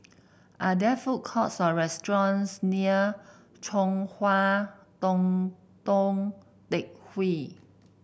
are there food courts or restaurants near Chong Hua Tong Tou Teck Hwee